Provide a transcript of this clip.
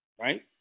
right